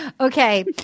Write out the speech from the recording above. Okay